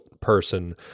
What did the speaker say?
person